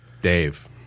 Dave